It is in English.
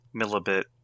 Millibit